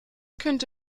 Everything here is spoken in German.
könnte